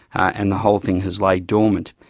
and the whole thing has laid dormant,